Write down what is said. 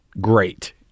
great